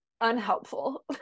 unhelpful